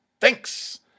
thanks